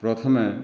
ପ୍ରଥମେ